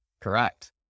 Correct